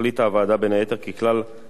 החליטה הוועדה בין היתר כי ככלל,